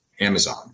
Amazon